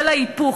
של ההיפוך,